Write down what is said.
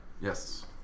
Yes